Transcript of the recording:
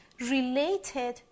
related